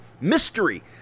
Mystery